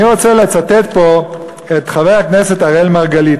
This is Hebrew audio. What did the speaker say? אני רוצה לצטט פה את חבר הכנסת אראל מרגלית.